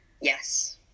Yes